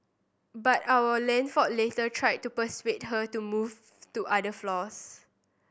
but our land for later tried to persuade her to move to other floors